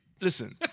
Listen